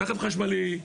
לרכב חשמלי,